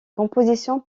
compositions